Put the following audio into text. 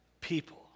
people